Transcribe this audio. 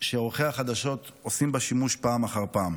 שעורכי החדשות עושים בה שימוש פעם אחר פעם.